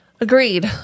Agreed